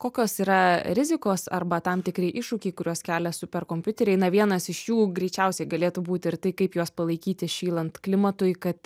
kokios yra rizikos arba tam tikri iššūkiai kuriuos kelia superkompiuteriai na vienas iš jų greičiausiai galėtų būti ir tai kaip juos palaikyti šylant klimatui kad